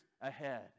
ahead